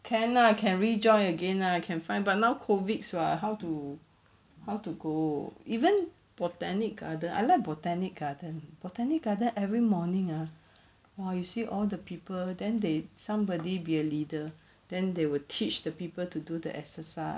can lah can rejoin again lah can find but now COVID [what] how to how to go even botanic garden I like botanic garden botanic garden every morning ah !wah! you see all the people then they somebody be a leader then they will teach the people to do the exercise